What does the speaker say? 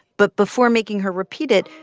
but before making her repeat it,